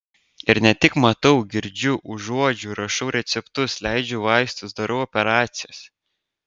ir ne tik matau girdžiu užuodžiu rašau receptus leidžiu vaistus darau operacijas